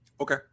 Okay